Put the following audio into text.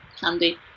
handy